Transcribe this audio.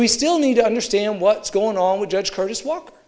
we still need to understand what's going on with judge curtis walk